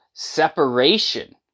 separation